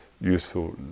useful